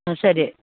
సరే